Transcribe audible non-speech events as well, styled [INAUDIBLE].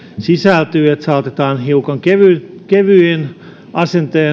sisältyy että saatetaan hiukan kevyin asentein [UNINTELLIGIBLE]